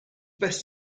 best